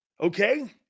okay